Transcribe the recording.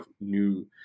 new